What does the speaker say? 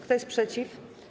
Kto jest przeciw?